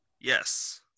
yes